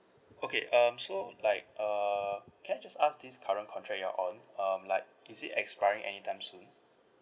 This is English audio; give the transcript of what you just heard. okay um so like uh can I just ask this current contract you are on um like is it expiring anytime soon